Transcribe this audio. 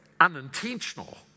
unintentional